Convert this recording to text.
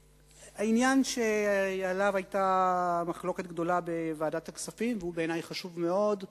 העניין שעליו היתה מחלוקת גדולה בוועדת הכספים והוא בעיני חשוב מאוד,